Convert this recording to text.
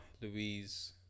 Louise